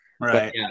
Right